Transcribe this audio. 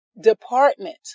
department